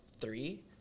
three